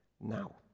now